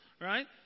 right